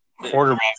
Quarterback